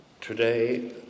Today